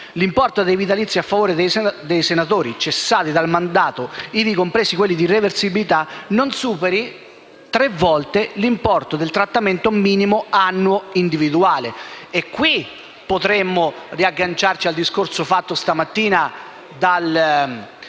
l'importo dei vitalizi a favore dei senatori cessati dal mandato, ivi compresi quelli di reversibilità, non superi tre volte l'importo del trattamento minimo annuo individuale. Qui potremmo riagganciarci al discorso fatto stamattina da un